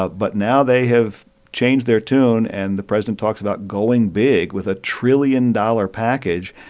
ah but now they have changed their tune, and the president talks about going big with a trillion dollar package.